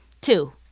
two